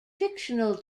fictional